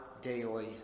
daily